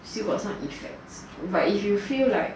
still got some effects but if you feel like